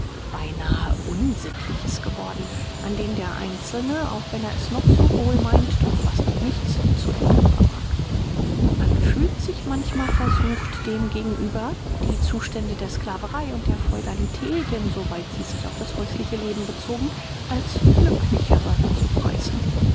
beinahe unsittliches geworden an dem der einzelne auch wenn er es noch so wohl meint doch fast nichts zu ändern vermag man fühlt sich manchmal versucht dem gegenüber die zustände der sclaverei und der feudalität in so weit sie sich auf das häusliche leben bezogen als glücklichere zu preisen